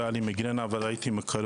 לא הייתה לי מיגרנה אבל ראיתי מקרוב